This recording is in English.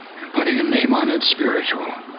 and putting a name on it, spiritual,